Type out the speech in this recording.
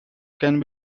can